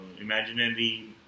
imaginary